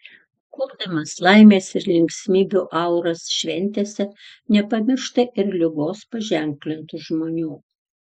kurdamas laimės ir linksmybių auras šventėse nepamiršta ir ligos paženklintų žmonių